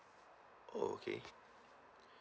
oh okay